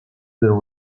there